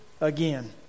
again